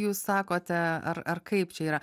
jūs sakote ar ar kaip čia yra